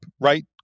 right